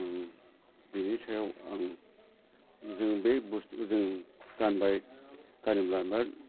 बिनि सायाव आं जों बे बुस्थु गानोब्ला बिराद